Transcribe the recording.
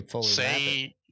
say